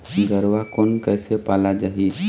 गरवा कोन कइसे पाला जाही?